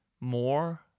more